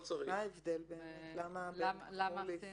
מה ההבדל באמת בין חו"ל לבין ישראל?